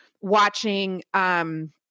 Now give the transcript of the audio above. watching –